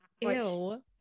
Ew